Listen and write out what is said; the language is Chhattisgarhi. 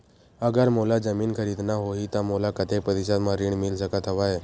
अगर मोला जमीन खरीदना होही त मोला कतेक प्रतिशत म ऋण मिल सकत हवय?